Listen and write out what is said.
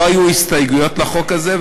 לא היו הסתייגויות לחוק הזה,